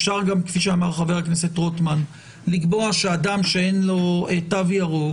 כפי שאמר חבר הכנסת רוטמן אפשר גם לקבוע שאדם שאין לו תו ירוק,